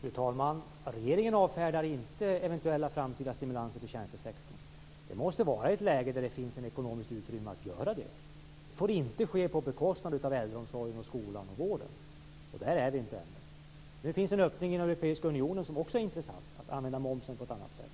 Fru talman! Regeringen avfärdar inte eventuella framtida stimulanser till tjänstesektorn, men det måste ske i ett läge då det finns ekonomiskt utrymme för att göra det. Det får inte ske på bekostnad av äldreomsorgen, skolan och vården. Där befinner vi oss inte ännu. Nu finns en öppning inom den europeiska unionen som också är intressant, en möjlighet att använda momsen på ett annat sätt.